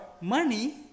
money